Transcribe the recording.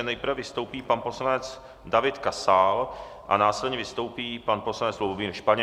Nejprve vystoupí pan poslanec David Kasal a následně vystoupí pan poslanec Lubomír Španěl.